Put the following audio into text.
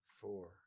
four